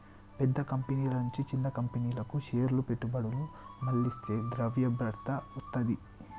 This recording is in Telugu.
పెద్ద కంపెనీల నుంచి చిన్న కంపెనీలకు షేర్ల పెట్టుబడులు మళ్లిస్తే ద్రవ్యలభ్యత వత్తది